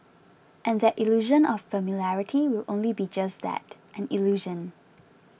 and that illusion of familiarity will only be just that an illusion